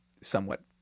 somewhat